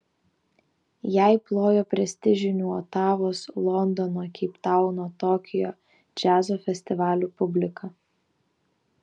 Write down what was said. jai plojo prestižinių otavos londono keiptauno tokijo džiazo festivalių publika